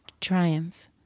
triumph